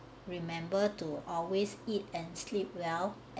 remember to always eat and sleep well and